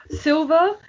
silver